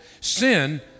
Sin